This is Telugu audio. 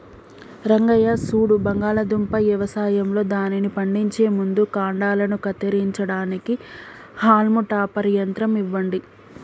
రంగయ్య సూడు బంగాళాదుంప యవసాయంలో దానిని పండించే ముందు కాండలను కత్తిరించడానికి హాల్మ్ టాపర్ యంత్రం ఇవ్వండి